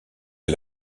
est